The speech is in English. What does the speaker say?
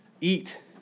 eat